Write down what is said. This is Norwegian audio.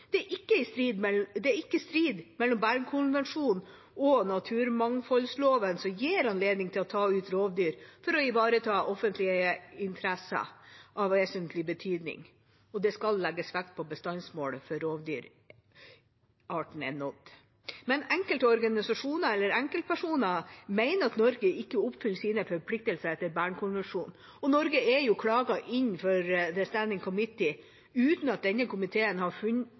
naturmangfoldloven, som gir anledning til å ta ut rovdyr for å ivareta offentlige interesser av vesentlig betydning, og det skal legges vekt på om bestandsmålet for rovdyrarten er nådd. Enkelte organisasjoner eller enkeltpersoner mener at Norge ikke oppfyller sine forpliktelser etter Bernkonvensjonen, og Norge er klaget inn for The Standing Committee, uten at denne komiteen har